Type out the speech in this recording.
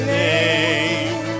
name